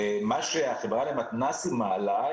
מה שהחברה למתנ"סים מעלה,